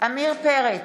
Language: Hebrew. עמיר פרץ,